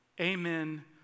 Amen